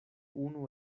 unu